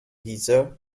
geezer